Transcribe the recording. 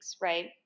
Right